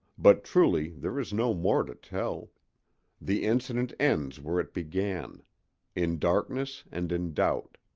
but truly there is no more to tell the incident ends where it began in darkness and in doubt.